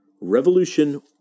revolution